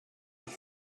kind